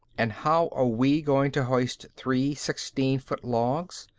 and how are we going to hoist three sixteen-foot logs?